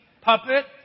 puppet